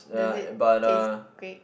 does it taste great